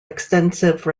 extensive